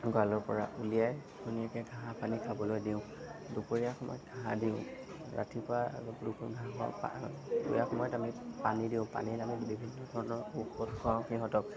গঁড়ালৰপৰা উলিয়াই ধুনীয়াকৈ ঘাঁহ পানী খাবলৈ দিওঁ দুপৰীয়া সময়ত ঘাঁহ দিওঁ ৰাতিপুৱা ঘাঁহৰ দুপৰীয়া সময়ত আমি পানী দিওঁ পানীৰ লগত বিভিন্ন ধৰণৰ ঔষধ খুৱাওঁ সিহঁতক